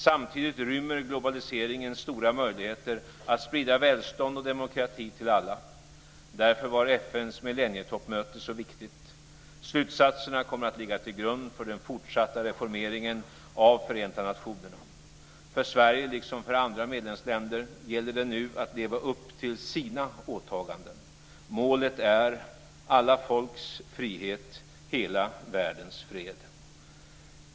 Samtidigt rymmer globaliseringen stora möjligheter att sprida välstånd och demokrati till alla. Därför var FN:s millennietoppmöte så viktigt. Slutsatserna kommer att ligga till grund för den fortsatta reformeringen av Förenta nationerna. För Sverige liksom för andra medlemsländer gäller det nu att leva upp till sina åtaganden. Målet är alla folks frihet, hela världens fred.